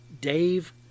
Dave